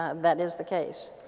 ah that is the case.